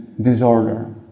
disorder